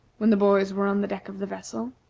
when the boys were on the deck of the vessel.